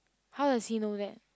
how does he know that